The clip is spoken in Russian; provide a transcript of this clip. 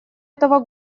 этого